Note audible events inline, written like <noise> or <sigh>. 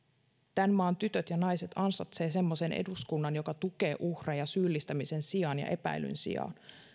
tämän maan tytöt ja naiset ansaitsevat semmoisen eduskunnan joka tukee uhreja syyllistämisen sijaan ja epäilyn sijaan <unintelligible> <unintelligible> <unintelligible> <unintelligible>